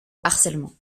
harcèlement